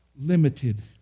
limited